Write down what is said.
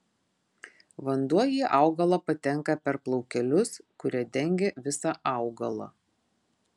vanduo į augalą patenka per plaukelius kurie dengia visą augalą